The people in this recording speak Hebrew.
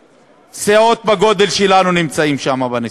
סיעות בגודל שלנו נמצאות שם בנשיאות.